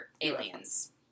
aliens